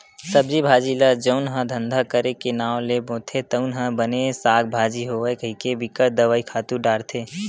सब्जी भाजी ल जउन ह धंधा करे के नांव ले बोथे तउन ह बने साग भाजी होवय कहिके बिकट दवई, खातू डारथे